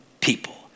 people